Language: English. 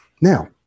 Now